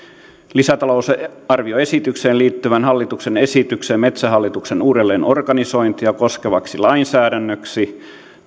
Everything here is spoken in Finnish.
lisätalousarvioesitykseen liittyvän hallituksen esityksen metsähallituksen uudelleenorganisointia koskevaksi lainsäädännöksi